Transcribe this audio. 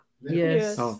Yes